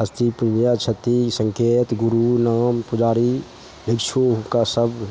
हस्तीप्रिया छथिन सङ्केत गुरु नाम पुजारी भिक्षु हुनका सभ